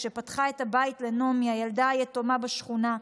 כשפתחה את הבית לנעמי, הילדה היתומה בשכונה.